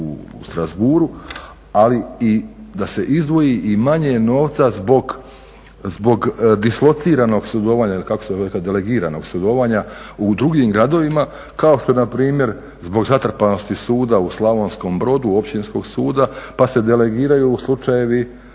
u Strasbourgu, ali i da se izdvoji manje novca zbog dislociranog sudovanja ili kako se veli, delegiranog sudovanja u drugim gradovima kao što je npr. zbog zatrpanosti suda u Slavonskom brodu, općinskog suda pa se delegiraju slučajevi